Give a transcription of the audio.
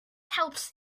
helps